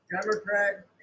Democrat